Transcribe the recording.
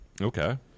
Okay